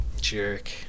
Jerk